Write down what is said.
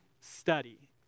study